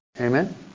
Amen